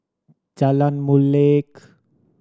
Jalan Molek